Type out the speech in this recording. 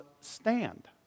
stand